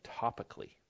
topically